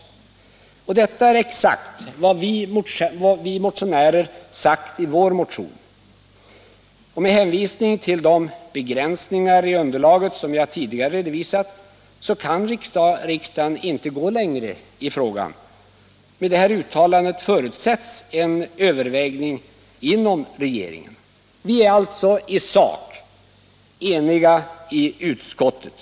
Detta är exakt vad vi motionärer sagt i vår motion. Med hänsyn till de begränsningar i underlaget som jag tidigare redovisat kan riksdagen inte gå längre i frågan. Med det uttalandet förutsätts ett övervägande inom regeringen. Vi är alltså i sak eniga i utskottet.